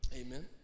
Amen